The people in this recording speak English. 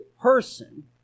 person